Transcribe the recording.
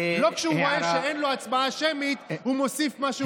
לא כשהוא רואה שאין לו הצבעה שמית אז הוא מוסיף מה שהוא רוצה לקואליציה.